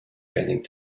raising